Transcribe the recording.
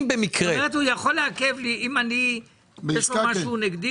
אם יש לו משהו נגדי,